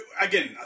Again